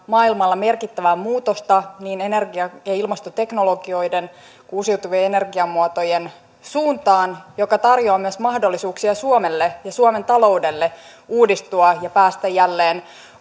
maailmalla merkittävää muutosta niin energia ja ilmastoteknologioiden kuin uusiutuvien energiamuotojen suuntaan mikä tarjoaa myös mahdollisuuksia suomelle ja suomen taloudelle uudistua ja päästä jälleen